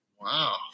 Wow